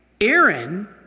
Aaron